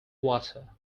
water